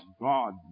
God